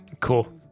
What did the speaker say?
Cool